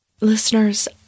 Listeners